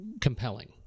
compelling